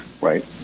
right